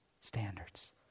standards